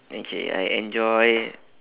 okay I enjoy